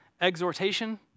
exhortation